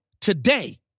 today